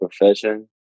profession